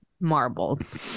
marbles